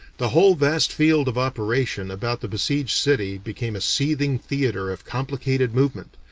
the whole vast field of operation about the besieged city became a seething theater of complicated movement,